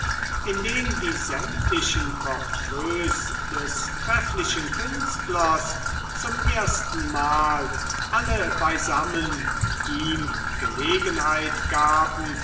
indem die sämtlichen portefeuilles des trefflichen künstlers zum erstenmal alle beisammen ihm gelegenheit gaben